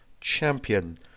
champion